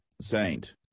Saint